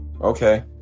Okay